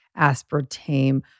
aspartame